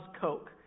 Coke